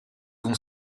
vont